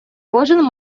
кожен